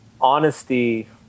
honesty